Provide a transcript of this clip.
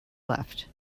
left